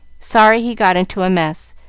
sorry he got into a mess.